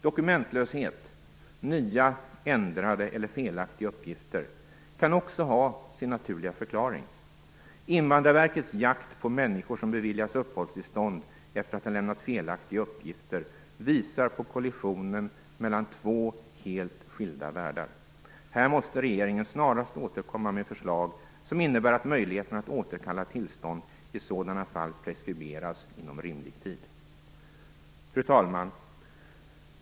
Dokumentlöshet och nya, ändrade eller felaktiga uppgifter kan också ha sin naturliga förklaring. Invandrarverkets jakt på människor som beviljats uppehållstillstånd efter att ha lämnat felaktiga uppgifter visar på kollisionen mellan två helt skilda världar. Här måste regeringen snarast återkomma med förslag som innebär att möjligheten att återkalla tillstånd i sådana fall preskriberas inom rimlig tid. Fru talman!